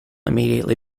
immediately